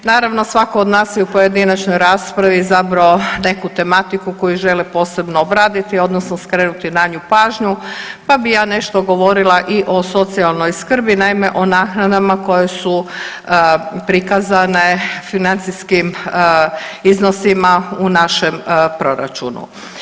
Naravno svatko od nas je u pojedinačnoj raspravi izabrao neku tematiku koju želi posebno obraditi odnosno skrenuti na nju pažnju, pa bi ja nešto govorila i o socijalnoj skrbi, naime o naknadama koje su prikazane financijskim iznosima u našem proračunu.